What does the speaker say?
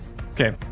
Okay